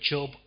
Job